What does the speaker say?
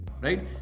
right